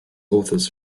authors